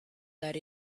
that